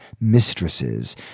mistresses